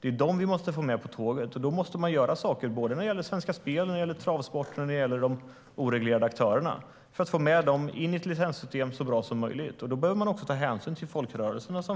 Det är dem vi måste få med på tåget, och då måste man göra saker när det gäller Svenska Spel, travsporten och de oreglerade aktörerna för att få med dem in i ett licenssystem på ett så bra sätt som möjligt. Då behöver man också ta hänsyn till folkrörelserna så